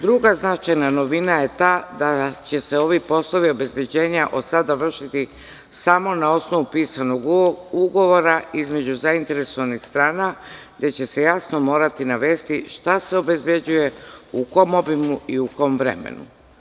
Druga značajna novina je ta, da će se ovi poslovi obezbeđenja od sada vršiti samo na osnovu pisanog ugovora između zainteresovanih strana, gde će se jasno morati navesti šta se obezbeđuje, u kom obimu i u kom vremenu.